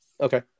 Okay